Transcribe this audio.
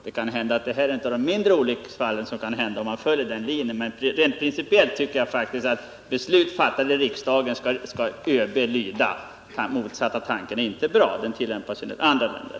Det här är kanske ett av de mindre olycksfall som kan inträffa om man följer den linjen, men rent principiellt tycker jag att beslut fattade i riksdagen skall ÖB lyda. Den motsatta tanken är inte bra — den tillämpas måhända i en del andra länder.